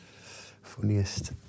Funniest